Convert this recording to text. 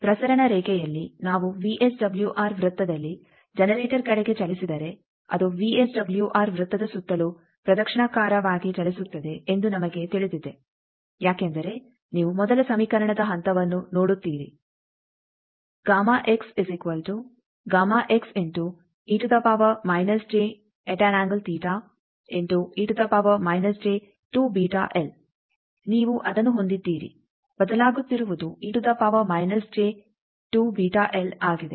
ಆದ್ದರಿಂದ ಪ್ರಸರಣ ರೇಖೆಯಲ್ಲಿ ನಾವು ವಿಎಸ್ಡಬ್ಲ್ಯೂಆರ್ ವೃತ್ತದಲ್ಲಿ ಜನರೇಟರ್ ಕಡೆಗೆ ಚಲಿಸಿದರೆ ಅದು ವಿಎಸ್ಡಬ್ಲ್ಯೂಆರ್ ವೃತ್ತದ ಸುತ್ತಲೂ ಪ್ರದಕ್ಷಿಣಾಕಾರವಾಗಿ ಚಲಿಸುತ್ತದೆ ಎಂದು ನಮಗೆ ತಿಳಿದಿದೆ ಯಾಕೆಂದರೆ ನೀವು ಮೊದಲ ಸಮೀಕರಣದ ಹಂತವನ್ನು ನೋಡುತ್ತೀರಿ ನೀವು ಅದನ್ನು ಹೊಂದಿದ್ದೀರಿ ಬದಲಾಗುತ್ತಿರುವುದು ಆಗಿದೆ